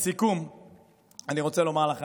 אבל לסיכום אני רוצה לומר לך